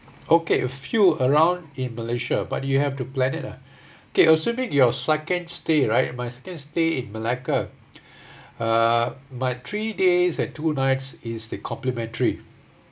okay a few around in malaysia but you have to plan it ah okay assuming your second stay right my second stay in melaka uh my three days and two nights is the complementary